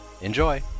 Enjoy